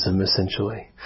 essentially